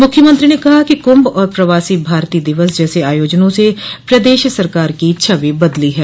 मुख्यमंत्री ने कहा कुंभ और प्रवासी भारतीय दिवस जैसे आयोजनों से प्रदेश सरकार की छवि बदली है